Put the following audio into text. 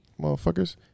Motherfuckers